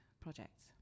projects